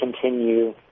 continue